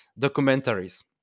documentaries